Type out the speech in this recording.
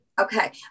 Okay